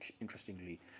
Interestingly